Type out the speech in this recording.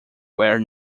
where